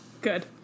Good